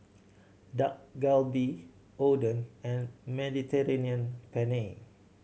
Dak Galbi Oden and Mediterranean Penne